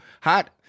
Hot